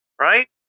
right